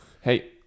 hey